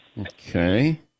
Okay